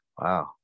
Wow